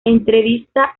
entrevista